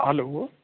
hello